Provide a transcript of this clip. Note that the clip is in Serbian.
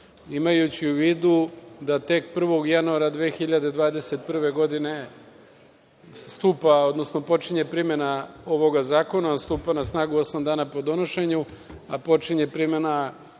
zakona. Imajući u vidu da tek 1. januara 2021. godine stupa, odnosno počinje primena ovog zakona, on stupa na snagu osam dana po donošenju, a počinje primena